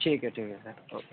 ٹھیک ہے ٹھیک ہے سر اوکے